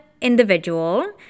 individual